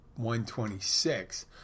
126